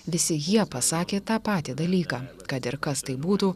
visi jie pasakė tą patį dalyką kad ir kas tai būtų